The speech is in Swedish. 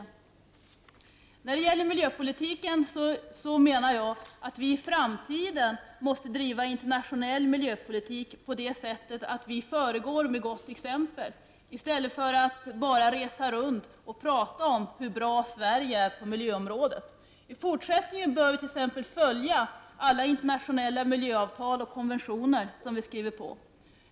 Vi måste enligt min mening i framtiden driva internationell miljöpolitik på det sättet att vi föregår med gott exempel i stället för att bara resa runt och prata om hur bra Sverige är på miljöområdet. I fortsättningen bör vi t.ex. följa alla internationella miljöavtal och konventioner som vi skriver på.